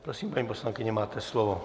Prosím, paní poslankyně, máte slovo.